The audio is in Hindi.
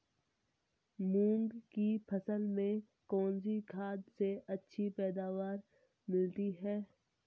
मूंग की फसल में कौनसी खाद से अच्छी पैदावार मिलती है?